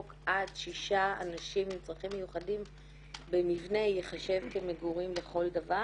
עד ששה אנשים עם צרכים מיוחדים במבנה ייחשב כמגורים לכל דבר